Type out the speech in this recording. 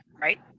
right